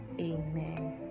Amen